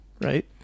Right